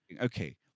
okay